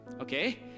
Okay